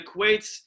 equates